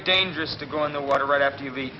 dangerous to go on the water right after you rea